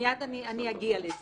מיד אני אגיע לזה.